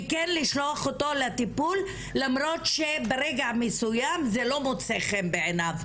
וכן לשלוח אותו לטיפול למרות שברגע מסוים זה לא מוצא חן בעיניו,